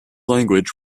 language